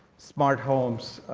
smart homes,